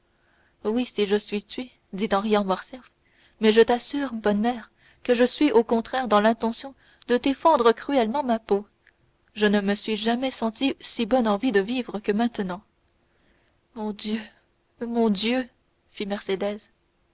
oui si je suis tué dit en riant morcerf mais je t'assure bonne mère que je suis au contraire dans l'intention de défendre cruellement ma peau je ne me suis jamais senti si bonne envie de vivre que maintenant mon dieu mon dieu fit